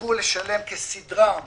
חזרו לשלם כסדרם